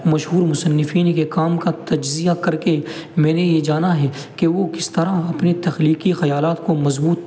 مشہور مصنفین کے کام کا تجزیہ کر کے میں نے یہ جانا ہے کہ وہ کس طرح اپنے تخلیقی خیالات کو مضبوط